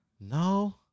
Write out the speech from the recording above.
No